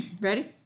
Ready